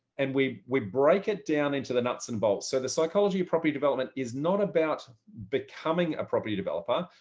and we we break it down into the nuts and bolts. so the psychology of property development is not about becoming a property developer.